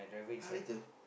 !huh! later